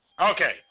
Okay